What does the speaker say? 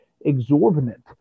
exorbitant